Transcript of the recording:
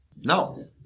No